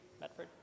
Medford